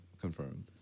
Confirmed